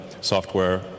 software